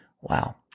Wow